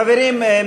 חברים,